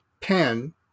pen